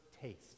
taste